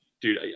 Dude